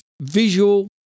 visual